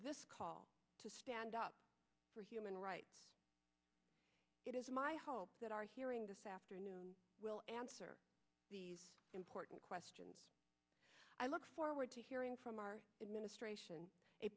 this call to stand up for human rights it is my hope that our hearing this afternoon will answer these important questions i look forward to hearing from our administration a